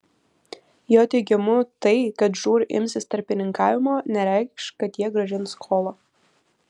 jo teigimu tai kad žūr imsis tarpininkavimo nereikš kad jie grąžins skolą